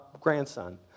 grandson